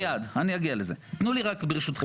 מיד, אני אגיע לזה, תנו לי רק ברשותכם, דקה.